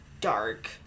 dark